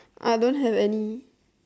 I don't have any